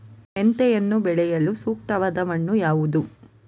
ಮೆಂತೆಯನ್ನು ಬೆಳೆಯಲು ಸೂಕ್ತವಾದ ಮಣ್ಣು ಯಾವುದು?